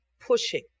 pushing